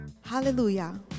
Hallelujah